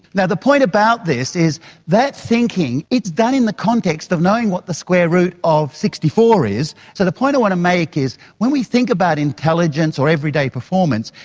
the the point about this is that thinking, it's that in the context of knowing what the square root of sixty four is, so the point i want to make is when we think about intelligence or everyday performance,